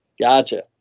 Gotcha